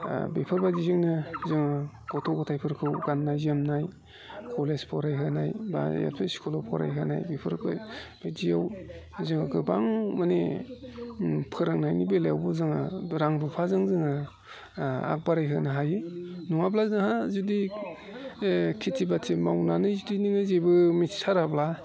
बेफोरबायदिजोंनो जोङो गथ' गथायफोरखौ गाननाय जोमनाय कलेज फरायहोनाय बा एल पि स्कुलाव फरायहोनाय बेफोर बायदियाव जोङो गोबां माने फोरोंनायनि बेलायावबो जोङो रां रुफाजों जोङो आगबारिहोनो हायो नङाब्ला जोंहा जुदि खेति बाति मावनानै जुदि नोङो जेबो मिथिथाराब्ला